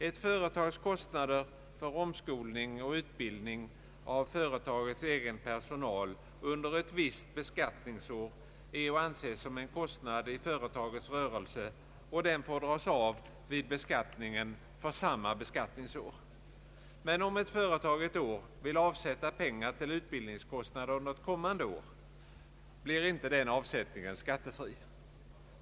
Ett företags kostnader för omskolning och utbildning av företagets egen personal under ett visst beskattningsår är att anse som en kostnad i företagets rörelse som får dras av vid beskattningen för samma beskattningsår. Men om ett företag ett år vill avsätta pengar till utbildningskostnader under kommande år blir inte den avsättningen skattefri.